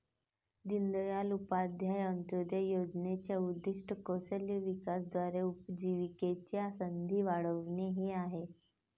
दीनदयाळ उपाध्याय अंत्योदय योजनेचे उद्दीष्ट कौशल्य विकासाद्वारे उपजीविकेच्या संधी वाढविणे हे आहे